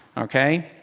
ok?